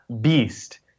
beast